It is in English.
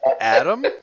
Adam